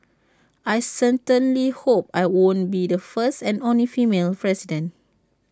I certainly hope I won't be the first and only female president